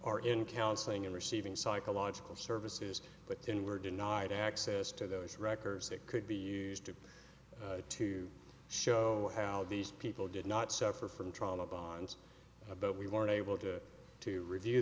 are in counseling or receiving psychological services but then were denied access to those records that could be used to show how these people did not suffer from trauma bonds but we weren't able to to re